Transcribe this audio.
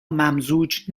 ممزوج